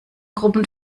gruppen